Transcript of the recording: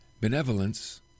Benevolence